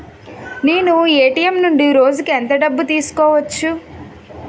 నేను ఎ.టి.ఎం నుండి రోజుకు ఎంత డబ్బు తీసుకోవచ్చు?